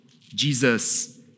Jesus